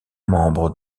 membres